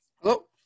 Hello